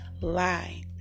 lie